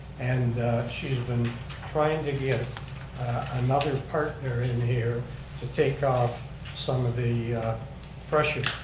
and she's been trying to get another partner in here to take off some of the pressure.